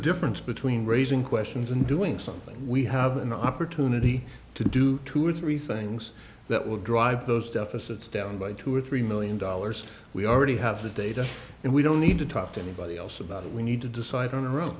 difference between raising questions and doing something we have an opportunity to do two or three things that will drive those deficits down by two or three million dollars we already have the data and we don't need to talk to anybody else about it we need to decide on